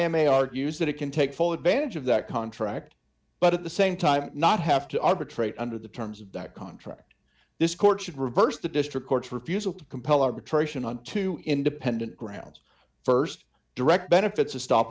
am a argues that it can take full advantage of that contract but at the same time not have to arbitrate under the terms of that contract this court should reverse the district court's refusal to compel arbitration on two independent grounds st direct benefits of stop